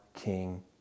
King